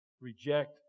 reject